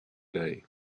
day